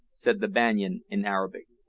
said the banyan in arabic,